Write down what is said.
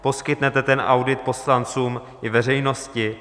Poskytnete ten audit poslancům i veřejnosti?